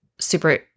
super